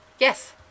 Yes